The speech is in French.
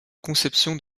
conception